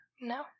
No